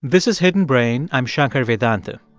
this is hidden brain. i'm shankar vedantam.